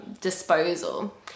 disposal